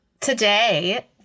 Today